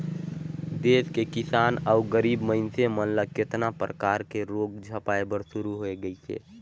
देस के किसान अउ गरीब मइनसे मन ल केतना परकर के रोग झपाए बर शुरू होय गइसे